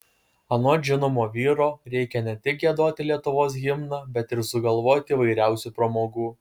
anot žinomo vyro reikia ne tik giedoti lietuvos himną bet ir sugalvoti įvairiausių pramogų